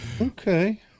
Okay